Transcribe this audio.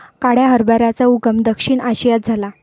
काळ्या हरभऱ्याचा उगम दक्षिण आशियात झाला